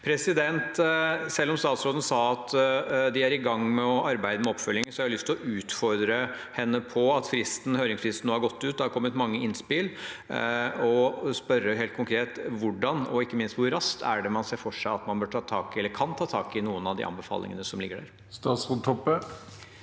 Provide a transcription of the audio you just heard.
sak. Selv om statsråden sa at de er i gang med å arbeide med oppfølgingen, har jeg lyst til å utfordre henne. Høringsfristen har nå gått ut, det har kommet mange innspill, og jeg spør helt konkret: Hvordan, og ikke minst hvor raskt, ser man for seg at man kan ta tak i noen av de anbefalingene som ligger der? Statsråd